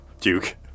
Duke